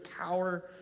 power